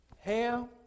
Ham